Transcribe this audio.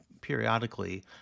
periodically